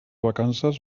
vacances